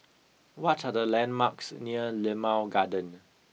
what are the landmarks near Limau Garden